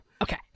Okay